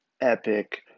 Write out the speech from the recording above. epic